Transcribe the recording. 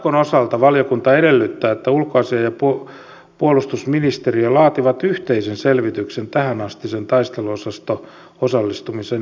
jatkon osalta valiokunta edellyttää että ulkoasiain ja puolustusministeriö laativat yhteisen selvityksen tähänastisen taisteluosasto osallistumisen hyödyistä suomelle